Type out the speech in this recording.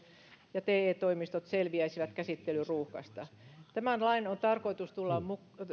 ja te toimistot selviäisivät käsittelyruuhkasta tämän lain on tarkoitus tulla